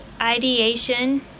ideation